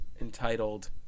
entitled